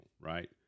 Right